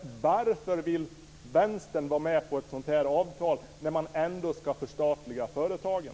Varför vill Vänstern vara med på ett sådant här avtal när man ändå ska förstatliga företagen?